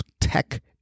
Tech